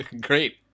Great